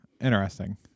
interesting